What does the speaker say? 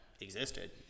existed